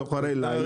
סוחרי לילה